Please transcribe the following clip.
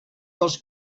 dels